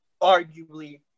arguably